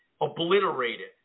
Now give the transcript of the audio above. obliterated